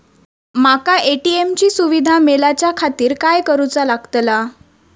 माका ए.टी.एम ची सुविधा मेलाच्याखातिर काय करूचा लागतला?